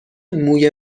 موی